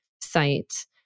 site